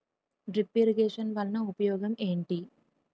drip irrigation వలన ఉపయోగం ఏంటి